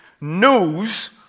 knows